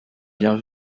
bien